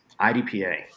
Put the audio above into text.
IDPA